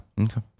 okay